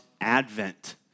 Advent